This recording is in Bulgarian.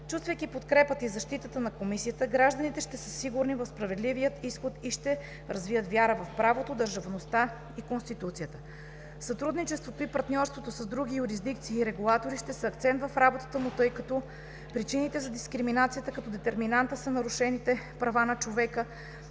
Чувствайки подкрепата и защитата на Комисията, гражданите ще са сигурни в справедливия изход и ще развият вяра в правото, държавността и конституцията. Сътрудничеството и партньорството с други юрисдикции и регулатори ще са акцент в работата му, тъй като причините за дискриминацията като детерминанта на нарушените права на човека